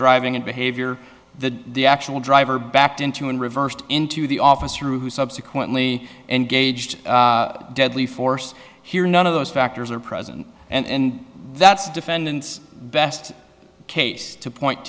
driving and behavior that the actual driver backed into an reversed into the officer who subsequently engaged deadly force here none of those factors are present and that's defendant's best case to point